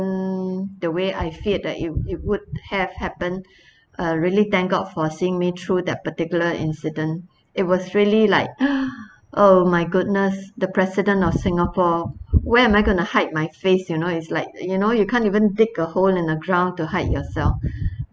mm the way I feared that it it would have happened uh really thank god for seeing me through that particular incident it was really like oh my goodness the president of singapore where am I going to hide my face you know it's like you know you can't even dig a hole in the ground to hide yourself